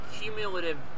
cumulative